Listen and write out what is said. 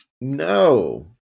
No